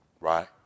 right